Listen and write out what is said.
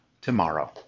tomorrow